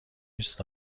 نیست